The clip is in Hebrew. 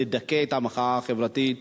לדכא את המחאה החברתית,